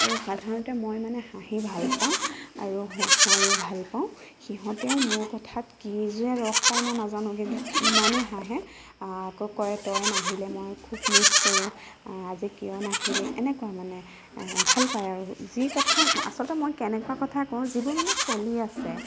আৰু সাধাৰণতে মই মানে হাঁহি ভাল পাওঁ আৰু হহোঁৱাইয়ো ভাল পাওঁ সিহঁতেও মোৰ কথাত কি যে ৰস পায় মই নাজানো কিন্তু ইমানে হাঁহে আকৌ কয় তই নাহিলে মই খুব মিছ কৰোঁ আজি কিয় নাহিলি এনেকুৱা মানে ভাল পায় আৰু যি কথা আচলতে মই কেনেকুৱা কথা কওঁ যিবোৰ মানে চলি আছে